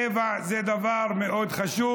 טבע זה דבר מאוד חשוב,